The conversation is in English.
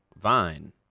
vine